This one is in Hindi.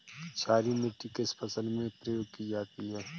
क्षारीय मिट्टी किस फसल में प्रयोग की जाती है?